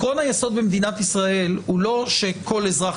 שכל אזרח